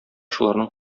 шуларның